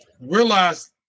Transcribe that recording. realize